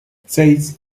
seis